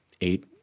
eight